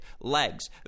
legs